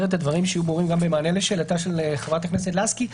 את הדברים שיהיו ברורים גם במענה לשאלתה של חברת הכנסת לסקי.